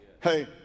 Hey